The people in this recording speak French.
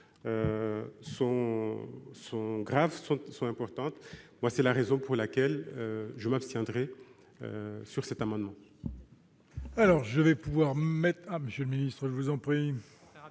de grandes conséquences. C'est la raison pour laquelle je m'abstiendrai sur cet amendement.